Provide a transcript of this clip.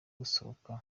gusohoka